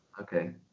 okay